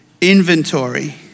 inventory